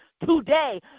Today